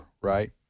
right